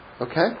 okay